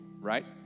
right